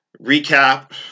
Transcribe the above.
recap